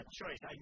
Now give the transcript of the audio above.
choice